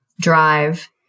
drive